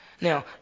Now